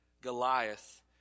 Goliath